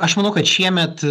aš manau kad šiemet